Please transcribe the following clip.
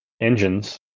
engines